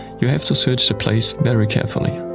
you have to search the place very carefully.